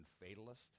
fatalist